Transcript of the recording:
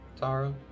Tara